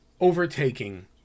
overtaking